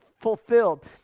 fulfilled